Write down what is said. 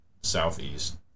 southeast